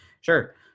sure